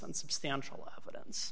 on substantial evidence